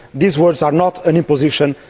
these words are not an imposition,